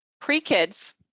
Pre-kids